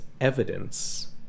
evidence